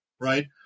right